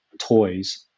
toys